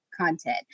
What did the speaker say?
Content